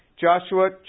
Joshua